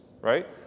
Right